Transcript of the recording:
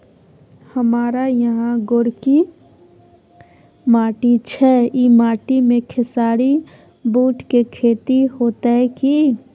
हमारा यहाँ गोरकी माटी छै ई माटी में खेसारी, बूट के खेती हौते की?